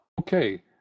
Okay